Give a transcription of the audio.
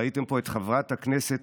ראיתם פה את חברת הכנסת,